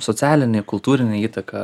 socialinė kultūrinė įtaka